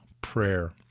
Prayer